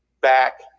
back